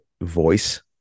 voice